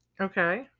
Okay